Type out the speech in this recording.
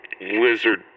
lizard